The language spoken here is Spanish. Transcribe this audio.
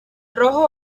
rojo